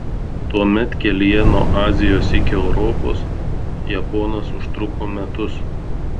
tuomet kelyje nuo azijos iki europos japonas užtruko metus